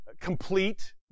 complete